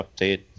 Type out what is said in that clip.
update